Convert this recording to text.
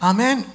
Amen